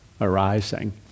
arising